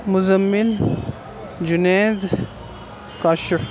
Muzammil Jind Kashif